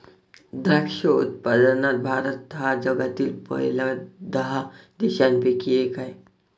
द्राक्ष उत्पादनात भारत हा जगातील पहिल्या दहा देशांपैकी एक आहे